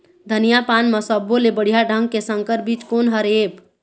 धनिया पान म सब्बो ले बढ़िया ढंग के संकर बीज कोन हर ऐप?